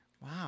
Wow